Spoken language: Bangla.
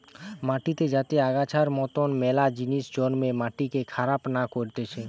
মাটিতে যাতে আগাছার মতন মেলা জিনিস জন্মে মাটিকে খারাপ না করতিছে